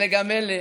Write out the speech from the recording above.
אלה גם אלה